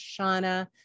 Shauna